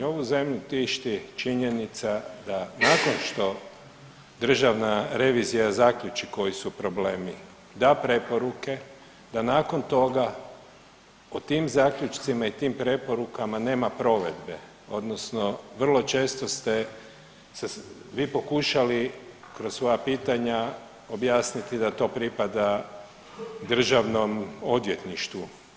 Ovu zemlju tišti činjenica da nakon što državna revizija zaključi koji su problemi, da preporuke, da nakon toga o tim zaključcima i tim preporukama nema provedbe odnosno vrlo često ste se vi pokušali kroz svoja pitanja objasnili da to pripada DORH-u.